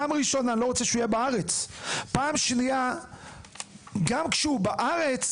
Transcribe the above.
אני לא רוצה שהוא יהיה בארץ, וגם כשהוא בארץ